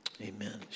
amen